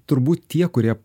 turbūt tie kurie